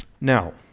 Now